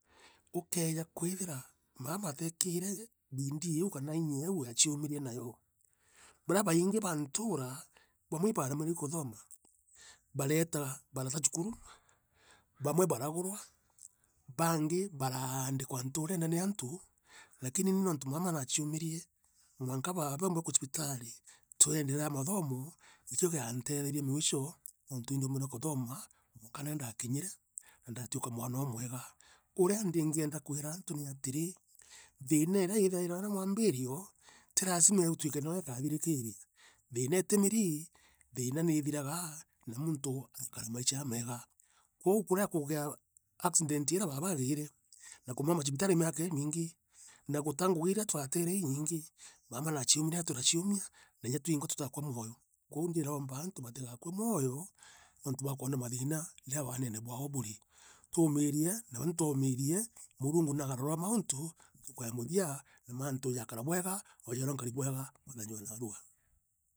Ukeeja kwithira maama ateekire bidii iiu kana inya iiu achiumirie nayo, barea baingi ba ntuura, bamwe ibaaremerwe ii kuthooma, bareeta barata chukuru, bamwe baragurwa, baangi baraandikwa nturene ni antu, lakini nii niuntu maama naachiumirie, mwanka baaba cibitari, twenderea na mathoomo, ikio giantetheretie mwicho nontu indoombire kuthoma mwanka naa ndaakinyire, na ndaatwika mwaana uumwega. Urea ndiingienda kwiira aantu ni atirii, thina ira iithairwa area mwaambiirio, ti lazima itwike nooyo ikathirikiria, thiina iti mirii, thiina niithiraga, na muntu aakara maisha aamega. Kwou kugea accident iria baaba aagiire, na kumaama cibitari miaka iimingi, na guta ngugi irea twaatere iinyiingi, maama naachiumirie, turachiumia, na inya twiingwa tutaakua moyo. Kwou ndiiromba aantu batigakue moyo, nontu bwa kwona mathiina riria wanene bwao burii. Tuumirie, tuumirie, Murungu naagaruraa mauntu, ntuku e muthia na maantu jaakara bwega, oja urea nkari bwega muthenya o naarua.